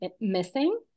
missing